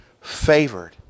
favored